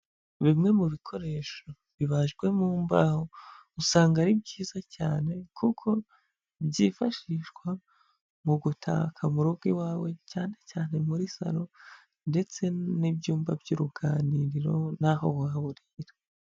Bimwe mu bikoresho bibajwe mu mbaho, usanga ari byiza cyane, kuko byifashishwa mu gutaka mu rugo iwawe, cyane cyane muri saro ndetse n'ibyumba by'uruganiriro n'aho waburira.